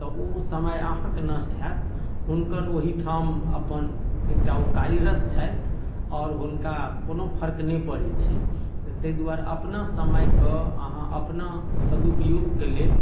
तऽ ओ समय अहाँके नष्ट हैत हुनकर ओहीठाम अपन एकटा ओ कार्यरत छथि आओर हुनका कोनो फर्क नहि पड़ै छै तऽ ताहि द्वारे अपना समयके अहाँ अपना सदुपयोगके लेल